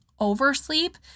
oversleep